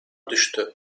düştü